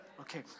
Okay